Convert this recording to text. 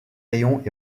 rayons